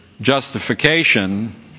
justification